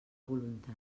voluntat